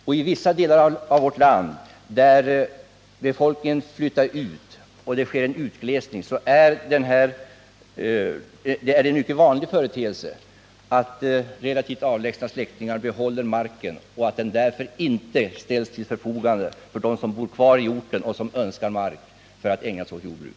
I vissa delar av vårt land, där befolkningen flyttar ut och det sker en utglesning, är det en mycket vanlig företeelse att relativt avlägsna släktingar behåller marken och att den därför inte ställs till förfogande för dem som bor kvar i orten och önskar förvärva mark för att ägna sig åt jordbruk.